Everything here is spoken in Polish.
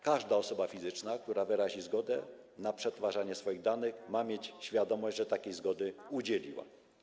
Każda osoba fizyczna, która wyrazi zgodę na przetwarzanie swoich danych, ma mieć świadomość, że takiej zgody udzieliła.